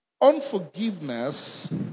unforgiveness